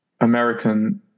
American